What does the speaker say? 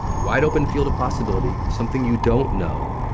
wide open field of possibility, something you don't know.